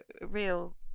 real